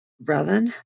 brother